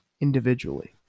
individually